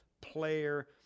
Player